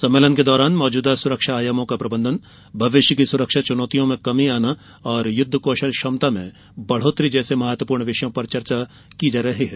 सम्मेलन के दौरान मौजूदा सुरक्षा आयामों का प्रबंधन भविष्य की सुरक्षा चुनौतियों में कमी आना और युद्ध कौशल क्षमता में बढ़ोतरी जैसे महत्वपूर्ण विषयों पर चर्चा की जा रही है